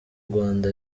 rwanda